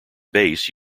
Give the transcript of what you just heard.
base